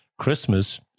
Christmas